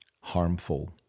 harmful